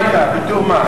מה אתה, בתור מה?